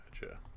Gotcha